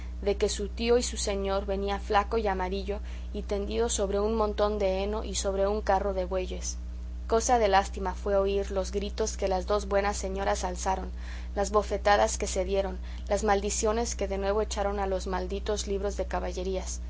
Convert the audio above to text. de que su tío y su señor venía flaco y amarillo y tendido sobre un montón de heno y sobre un carro de bueyes cosa de lástima fue oír los gritos que las dos buenas señoras alzaron las bofetadas que se dieron las maldiciones que de nuevo echaron a los malditos libros de caballerías